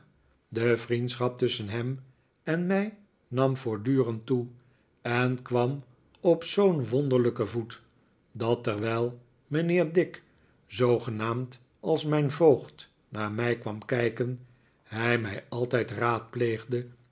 de vriendschap tusschen hem en mij nam voortdurend toe en kwam op zoo'n wonderlijken voet dat terwijl mijnheer dick zoogenaamd als mijn voogd naar mij kwam kijken hij mij altijd raadpleegde